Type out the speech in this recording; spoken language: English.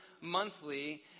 monthly